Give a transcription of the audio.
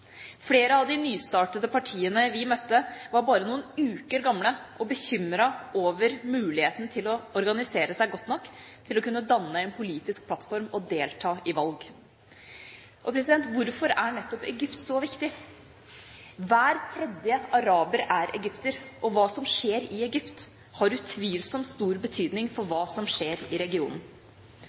Flere av de nystartede partiene vi møtte, var bare noen uker gamle og bekymret over muligheten til å organisere seg godt nok til å kunne danne en politisk plattform og delta i valg. Hvorfor er nettopp Egypt så viktig? Hver tredje araber er egypter, og hva som skjer i Egypt, har utvilsomt stor betydning for hva som skjer i regionen.